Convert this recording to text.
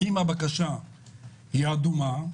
אם הבקשה היא אדומה,